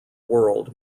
world